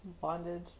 Bondage